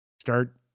start